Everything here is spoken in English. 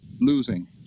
losing